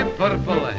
purple